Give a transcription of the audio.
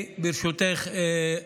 ברשותכן,